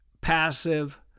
passive